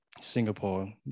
singapore